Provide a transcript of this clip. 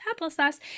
applesauce